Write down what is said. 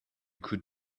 could